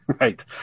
right